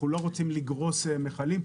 אנחנו לא רוצים לגרוס מכלים,